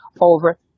over